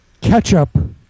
Ketchup